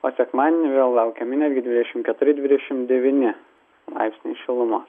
o sekmadienį vėl laukiami netgi dvidešim keturi dvidešim devyni laipsniai šilumos